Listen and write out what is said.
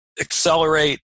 accelerate